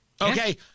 Okay